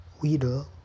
Weedle